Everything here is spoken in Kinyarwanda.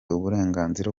uburenganzira